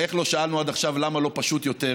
איך לא שאלנו עד עכשיו למה לא פשוט יותר